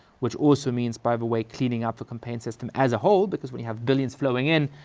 which also means by the way cleaning out the campaign system as a whole, because when you have billions flowing in,